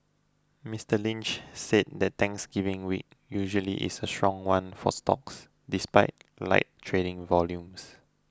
Mister Lynch said the Thanksgiving week usually is a strong one for stocks despite light trading volumes